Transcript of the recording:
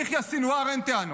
אל יחיא סנוואר אין טענות,